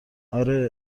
آره